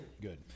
Good